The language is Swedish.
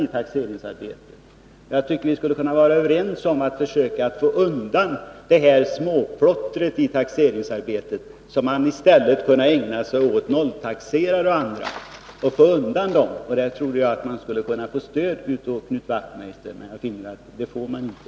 Vi kunde väl vara överens om att plottret i taxeringsarbetet skall bort. I stället bör man ägna sig åt nolltaxerare etc. På den punkten hoppades jag på stöd från Knut Wachtmeister, men det får jag inte.